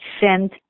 send